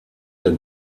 der